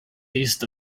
east